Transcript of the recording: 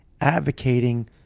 advocating